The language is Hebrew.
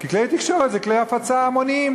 כי כלי תקשורת הם כלי הפצה המוניים.